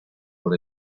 por